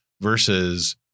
versus